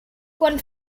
quan